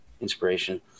inspiration